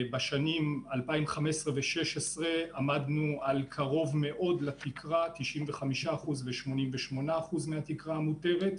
בשנים 2015 ו-2016 עמדנו על קרוב מאוד לתקרה 95% ו-88% מהתקרה המותרת.